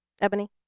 Ebony